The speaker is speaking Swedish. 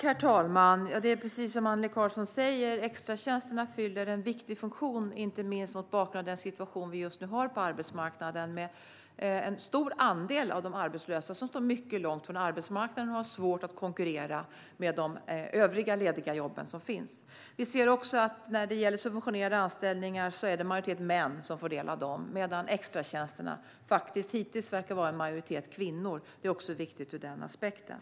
Herr talman! Extratjänsterna fyller en viktig funktion, precis som Annelie Karlsson säger, inte minst mot bakgrund av den situation som vi just nu har på arbetsmarknaden. En stor andel av de arbetslösa står mycket långt ifrån arbetsmarknaden och har svårt att konkurrera om de lediga jobb som finns. När det gäller subventionerade anställningar är män i majoritet bland dem som får del av dessa, medan kvinnor verkar vara i majoritet bland dem som får del av extratjänsterna. Det är viktigt också ur den aspekten.